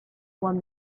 won